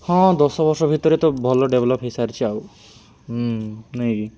ହଁ ଦଶବର୍ଷ ଭିତରେ ତ ଭଲ ଡେଭେଲପ୍ ହେଇସାରିଛି ଆଉ ହୁଁ ନାଇଁକି